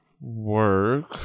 work